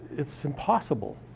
it's impossible.